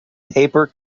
paper